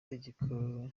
igitego